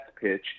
pitch